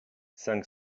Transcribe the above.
cinq